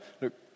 look